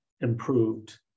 improved